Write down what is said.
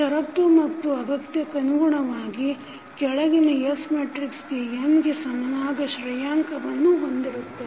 ಶರತ್ತು ಮತ್ತು ಅಗತ್ಯಕ್ಕನುಗುಣವಾಗಿ ಕೆಳಗಿನ S ಮೆಟ್ರಿಕ್ಸ n ಗೆ ಸಮನಾದ ಶ್ರೇಯಾಂಕವನ್ನು ಹೊಂದಿರುತ್ತದೆ